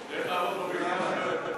אי-אפשר עליך,